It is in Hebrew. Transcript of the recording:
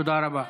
תודה רבה.